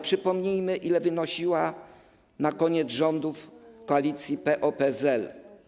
Przypomnijmy, ile wynosiła na koniec rządów koalicji PO-PSL.